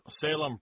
salem